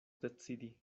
decidi